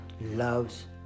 loves